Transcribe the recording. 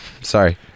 Sorry